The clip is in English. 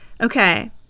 Okay